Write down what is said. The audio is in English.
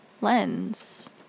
lens